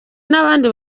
n’abandi